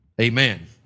amen